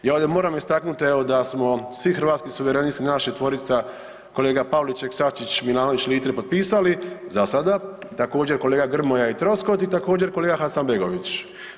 Ja ovdje moram istaknuti evo da smo svi Hrvatski suverenisti, nas četvorica kolega Pavliček, Sačić, Milanović-Litre potpisali zasada, također kolega Grmoja i Troskot i također kolega Hasanbegović.